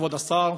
כבוד השר,